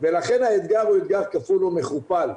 ולכן האתגר הוא אתגר כפול ומכופל.